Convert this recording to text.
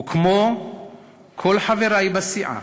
וכמו כל חברי בסיעה,